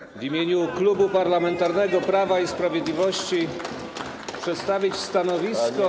Ha, ha, ha! ...w imieniu Klubu Parlamentarnego Prawo i Sprawiedliwość przedstawić stanowisko.